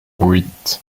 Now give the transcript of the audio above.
huit